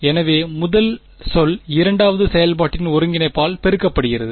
எனவே முதல் சொல் இரண்டாவது செயல்பாட்டின் ஒருங்கிணைப்பால் பெருக்கப்படுகிறது